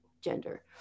gender